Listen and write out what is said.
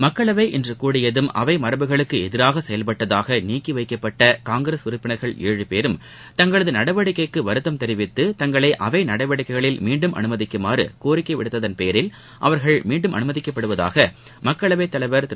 மக்களவை இன்று கூடியதும் அவை மரபுகளுக்கு எதிராக செயல்பட்டதாக நீக்கி வைக்கப்பட்ட காங்கிரஸ் உறுப்பினர்கள் ஏழு பேரும் தங்களது நடவடிக்கைக்கு வருத்தம் தெரிவித்து தங்களை அவை நடவடிக்கைகளில் மீண்டும் அனுமதிக்குமாறு கோரிக்கை விடுத்ததன் பேரில் அவர்கள் மீண்டும் அனுமதிக்கப்படுவதாக மக்களவை தலைவர் திரு